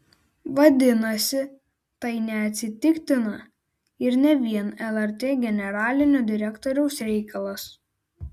vadinasi tai neatsitiktina ir ne vien lrt generalinio direktoriaus reikalas